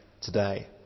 today